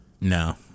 No